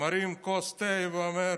מרים כוס תה ואומר: